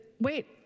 Wait